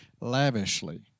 lavishly